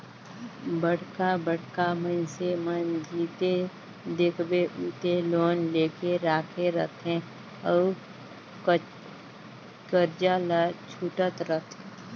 बड़का बड़का मइनसे मन जिते देखबे उते लोन लेके राखे रहथे अउ करजा ल छूटत रहथे